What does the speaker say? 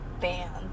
band